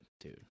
dude